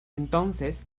entonces